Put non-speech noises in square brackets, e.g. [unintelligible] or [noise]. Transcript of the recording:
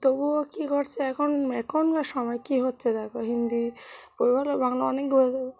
তবুও কী করছে এখন এখনকার সময় কী হচ্ছে দেখো হিন্দি বই বলো বাংলা অনেক [unintelligible]